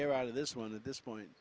air out of this one at this point